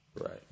Right